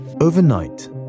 Overnight